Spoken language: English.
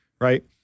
right